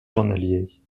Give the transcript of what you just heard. journalier